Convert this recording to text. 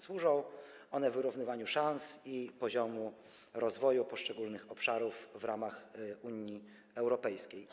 Służą one wyrównywaniu szans i poziomu rozwoju poszczególnych obszarów w ramach Unii Europejskiej.